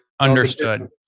Understood